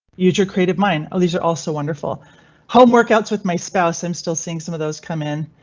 user created mine. all these are also wonderful home workouts with my spouse. i'm still seeing some of those come in.